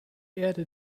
erde